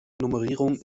nummerierung